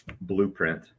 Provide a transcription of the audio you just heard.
blueprint